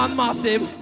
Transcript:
massive